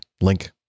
link